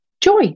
Joy